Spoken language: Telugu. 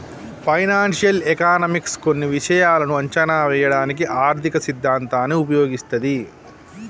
ఫైనాన్షియల్ ఎకనామిక్స్ కొన్ని విషయాలను అంచనా వేయడానికి ఆర్థిక సిద్ధాంతాన్ని ఉపయోగిస్తది